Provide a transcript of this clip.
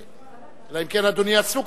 אלא אם כן אדוני עסוק,